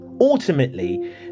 Ultimately